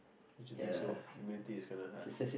don't you think so humility is kinda hard